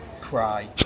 cry